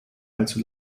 allzu